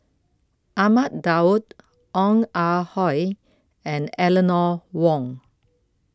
Ahmad Daud Ong Ah Hoi and Eleanor Wong